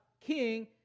king